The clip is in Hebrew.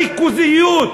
בריכוזיות?